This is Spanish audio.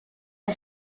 del